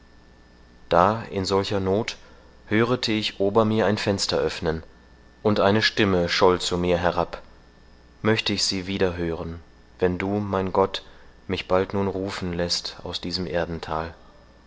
da in solcher noth hörete ich ober mir ein fenster öffnen und eine stimme scholl zu mir herab möchte ich sie wieder hören wenn du mein gott mich bald nun rufen läßt aus diesem erdenthal